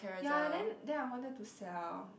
ya then then I wanted to sell